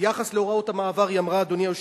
ביחס להוראות המעבר היא אמרה, אדוני היושב-ראש: